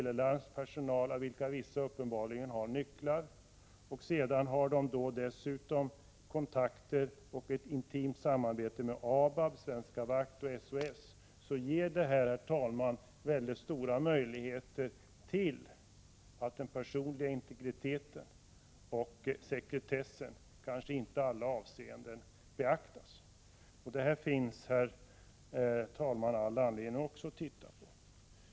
Detta samarbete med Tele Larms personal, med dennas tillgång till nycklar och dessutom till kontakter och ett intimt samarbete med ABAB, Svenska Vakt och SOS Alarmering, leder till mycket stora risker för att den personliga integriteten och sekretessen kanske inte i alla avseenden beaktas. Det finns, herr talman, all anledning att också studera den frågan.